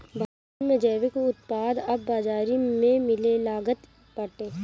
भारत में जैविक उत्पाद अब बाजारी में मिलेलागल बाटे